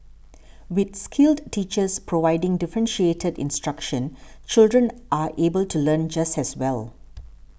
with skilled teachers providing differentiated instruction children are able to learn just as well